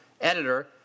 editor